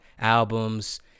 albums